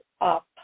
up